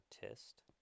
test